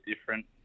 different